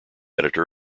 editor